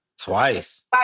Twice